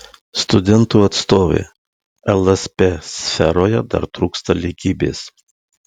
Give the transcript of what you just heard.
studentų atstovė lsp sferoje dar trūksta lygybės